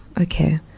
okay